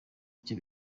icyo